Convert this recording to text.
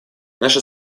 наша